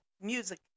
music